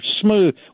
smooth